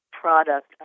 product